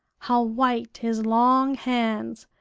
how white his long hands,